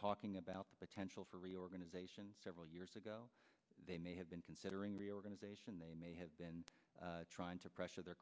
talking about potential for reorganization several years ago they may have been considering reorganization they may have been trying to pressure the